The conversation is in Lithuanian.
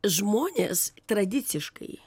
žmonės tradiciškai